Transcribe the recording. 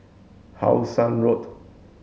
How Sun Road